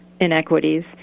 inequities